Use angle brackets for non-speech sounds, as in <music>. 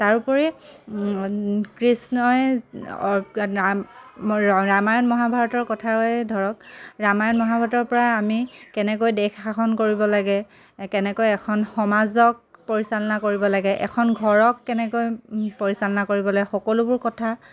তাৰোপৰি কৃষ্ণই <unintelligible> ৰামায়ণ মহাভাৰতৰ কথাৰে ধৰক ৰামায়ণ মহাভাৰতৰ পৰা আমি কেনেকৈ দেশ শাসন কৰিব লাগে কেনেকৈ এখন সমাজক পৰিচালনা কৰিব লাগে এখন ঘৰক কেনেকৈ পৰিচালনা কৰিব লাগে সকলোবোৰ কথা